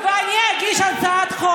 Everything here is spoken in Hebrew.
תתביישי לך.